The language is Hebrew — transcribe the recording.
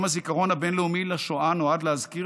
יום הזיכרון הבין-לאומי לשואה נועד להזכיר